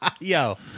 Yo